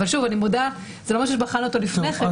אבל שוב, אני מודה, זה לא מה שבחנו אותו לפני כן.